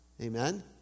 Amen